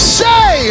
say